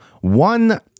one